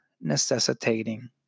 necessitating